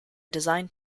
designed